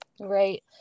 Right